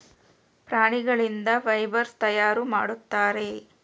ಪ್ರಾಣಿಗಳಿಂದ ಫೈಬರ್ಸ್ ತಯಾರು ಮಾಡುತ್ತಾರೆ